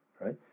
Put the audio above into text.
right